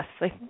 Yes